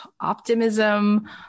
optimism